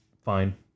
fine